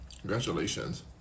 congratulations